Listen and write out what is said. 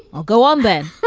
i'll go on then